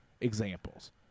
examples